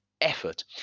effort